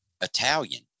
Italian